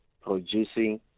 producing